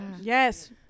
Yes